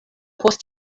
post